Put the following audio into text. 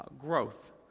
growth